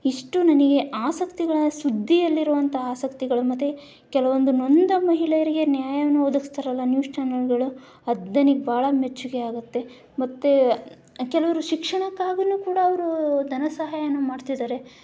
ಇಷ್ಟು ನನಗೆ ಆಸಕ್ತಿಗಳ ಸುದ್ದಿಯಲ್ಲಿರುವಂಥ ಆಸಕ್ತಿಗಳು ಮತ್ತೆ ಕೆಲವೊಂದು ನೊಂದ ಮಹಿಳೆಯರಿಗೆ ನ್ಯಾಯವನ್ನು ಒದಗಿಸ್ತಾರಲ್ಲ ನ್ಯೂಸ್ ಚಾನೆಲ್ಗಳು ಅದು ನನಗೆ ಭಾಳ ಮೆಚ್ಚುಗೆಯಾಗತ್ತೆ ಮತ್ತೆ ಕೆಲವರು ಶಿಕ್ಷಣಕ್ಕಾಗೀನೂ ಕೂಡ ಅವರು ಧನ ಸಹಾಯವನ್ನು ಮಾಡ್ತಿದ್ದಾರೆ